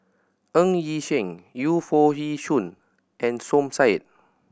Ng Yi Sheng Yu Foo Yee Shoon and Som Said